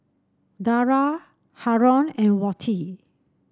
Dara Haron and Wati